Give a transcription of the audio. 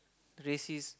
racist